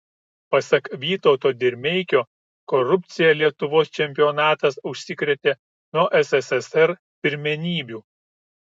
pasak vytauto dirmeikio korupcija lietuvos čempionatas užsikrėtė nuo sssr pirmenybių